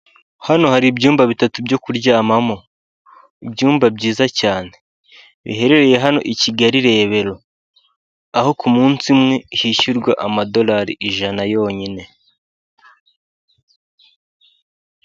Hano hari ibyumba bitatu byo kuryamamo ibyumba byiza cyane, biherereye hano i Kigali Rebero aho munsi umwe hishyurwa amadolari ijana yonyine.